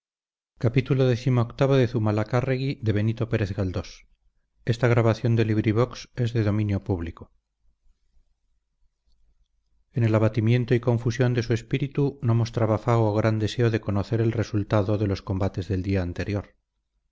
en el abatimiento y confusión de su espíritu no mostraba fago gran deseo de conocer el resultado de los combates del día anterior